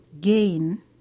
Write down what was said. gain